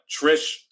Trish